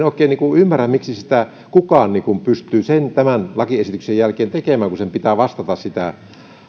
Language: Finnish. oikein ymmärrä miten sitä nollaa tuntia kukaan pystyy tämän lakiesityksen jälkeen tekemään kun sen pitää vastata sitä